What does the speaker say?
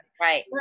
right